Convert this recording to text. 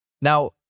Now